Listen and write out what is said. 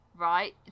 right